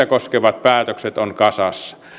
koskevat päätökset on kasassa